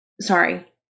Sorry